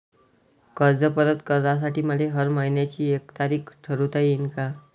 कर्ज परत करासाठी मले हर मइन्याची एक तारीख ठरुता येईन का?